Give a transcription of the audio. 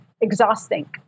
exhausting